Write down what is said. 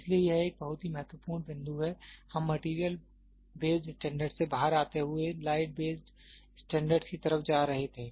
इसलिए यह एक बहुत ही महत्वपूर्ण बिंदु है हम मटेरियल बेस्ड स्टैंडर्ड से बाहर आते हुए लाइट बेस्ड स्टैंडर्ड की तरफ जा रहे थे